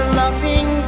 loving